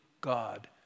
God